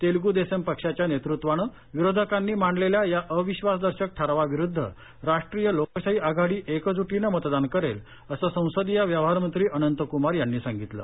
तेलुगु देसम पक्षाच्या नेतृत्वानं विरोधकांनी मांडलेल्या या अविधासदर्शक ठरावाविरुद्ध राष्ट्रीय लोकशाही आघाडी एकजुटीनं मतदान करेल असं संसदीय व्यवहार मंत्री अनंत कुमार यांनी सांगितलं